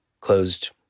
closed